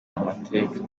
amateka